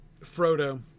Frodo